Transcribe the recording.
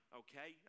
okay